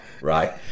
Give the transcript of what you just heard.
right